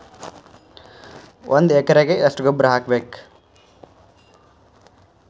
ಒಂದ್ ಎಕರೆಗೆ ಎಷ್ಟ ಗೊಬ್ಬರ ಹಾಕ್ಬೇಕ್?